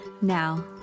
Now